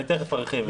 אני תכף ארחיב.